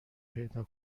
پیدا